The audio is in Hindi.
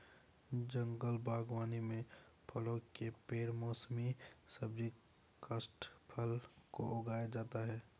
जंगल बागवानी में फलों के पेड़ मौसमी सब्जी काष्ठफल को उगाया जाता है